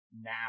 now